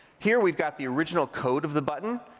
here we've got the original code of the button.